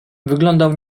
wyglądał